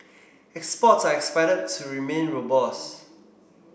exports are expected to remain robust